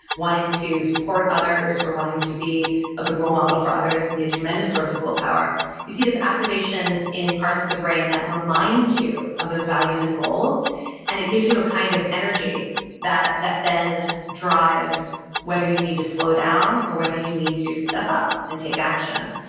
wanting to support others or wanting to be a good role model for others can be a tremendous source of willpower you see this activation in parts of the brain that remind you of those values and goals and it gives you a kind of energy that that then drives whether you need to slow down or whether you need to step up and take action.